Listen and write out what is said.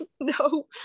no